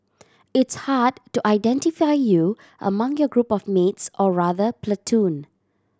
it's hard to identify you among your group of mates or rather platoon